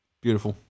beautiful